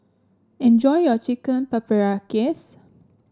enjoy your Chicken Paprikas